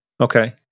Okay